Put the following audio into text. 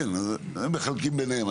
כן הם מחלקים ביניהם,